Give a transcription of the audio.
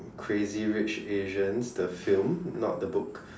crazy rich Asians the film not the book